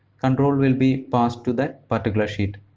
control will be passed to that particular sheet.